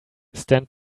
stand